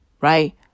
right